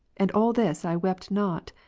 and all this i wept not,